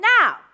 now